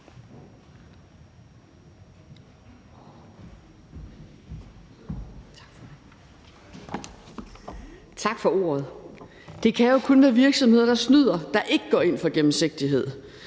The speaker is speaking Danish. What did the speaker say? Tak for ordet. Det kan jo kun være virksomheder, der snyder, som ikke går ind for gennemsigtighed.